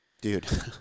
Dude